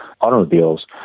automobiles